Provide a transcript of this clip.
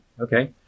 Okay